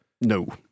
No